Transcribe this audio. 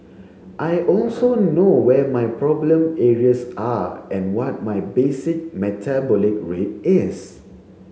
I also know where my problem areas are and what my basic metabolic rate is